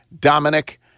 Dominic